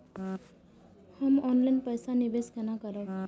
हम ऑनलाइन पैसा निवेश केना करब?